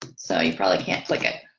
so you probably can't click it